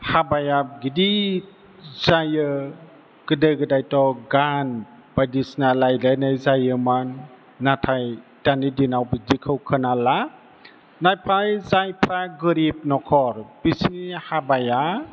हाबाया गिदिर जायो गोदो गोदायथ' गान बायदिसिना लायलायनाय जायोमोन नाथाय दानि दिनाव बिदिखौ खोनाला नाथाय जायफ्रा गोरिब नखर बिसोरनि हाबाया